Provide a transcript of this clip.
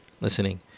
listening